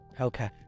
Okay